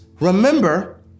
Remember